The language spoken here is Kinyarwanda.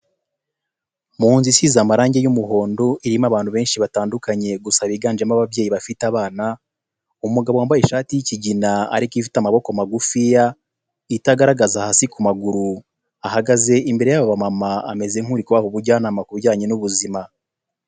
Mu nzu isize amarangi y'umuhondo, irimo abantu benshi batandukanye gusa biganjemo ababyeyi bafite abana, umugabo wambaye ishati y'ikigina ariko ifite amaboko magufiya, itagaragaza hasi ku maguru, ahagaze imbere y'aba bamama ameze nk'uri kubaha ubujyanama ku bijyanye n'ubuzima.